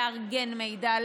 לארגן מידע,